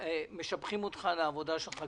אני רוצה לחכות לתשובה של היועץ המשפטי לממשלה ושל הממשלה,